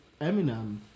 Eminem